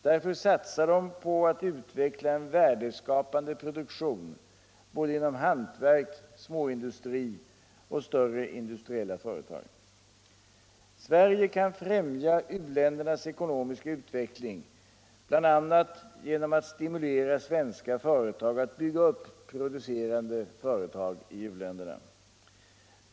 Därför satsar de på att utveckla en värdeskapade produktion inom både hantverk, småindustri och stora industriella företag. Sverige kan främja u-ländernas ekonomiska utveckling bl.a. genom att stimulera svenska företag att bygga upp producerande företag i u-länderna.